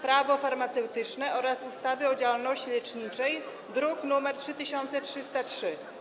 Prawo farmaceutyczne oraz ustawy o działalności leczniczej, druk nr 3303.